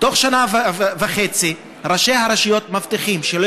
שנה וחצי ראשי הרשויות מבטיחים שלא